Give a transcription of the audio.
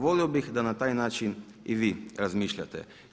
Volio bih da na taj način i vi razmišljate.